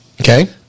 Okay